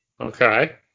Okay